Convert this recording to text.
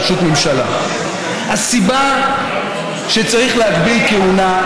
אז צריכים להעניש אותה על כך.